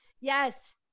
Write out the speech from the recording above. yes